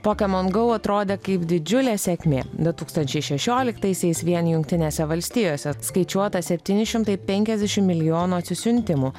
pokemon go atrodė kaip didžiulė sėkmė du tūkstančiai šešioliktaisiais vien jungtinėse valstijose skaičiuota septyni šimtai penkiasdešim milijonų atsisiuntimų